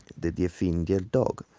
did you find your dog,